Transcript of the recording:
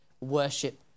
worship